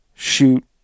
shoot